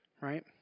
right